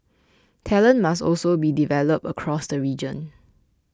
talent must also be developed across the region